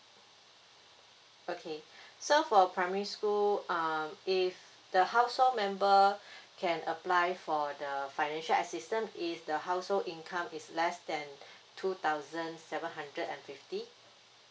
okay so for primary school uh if the household member can apply for the financial assistance is the household income is less than two thousand seven hundred and fifty